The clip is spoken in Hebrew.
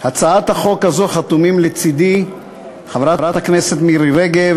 על הצעת החוק הזאת חתומים לצדי חברת הכנסת מירי רגב,